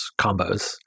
combos